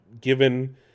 given